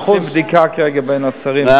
עושים בדיקה כרגע בין השרים.